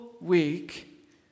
week